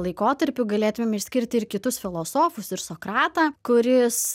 laikotarpiu galėtumėm išskirti ir kitus filosofus ir sokratą kuris